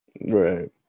Right